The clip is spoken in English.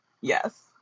yes